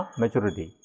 maturity